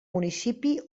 municipi